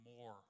more